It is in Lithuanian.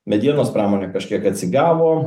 medienos pramonė kažkiek atsigavo